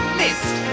list